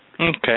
Okay